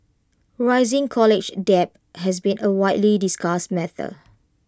rising college debt has been A widely discussed matter